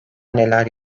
neler